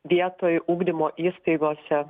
vietoj ugdymo įstaigose